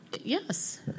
Yes